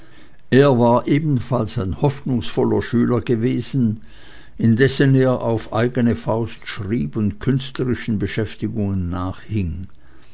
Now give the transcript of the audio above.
er war ebenfalls ein hoffnungsloser schüler gewesen indessen er auf eigene faust schrieb und künstlerischen beschäftigungen nachhing